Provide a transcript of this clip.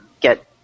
get